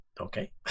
okay